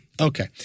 okay